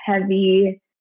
heavy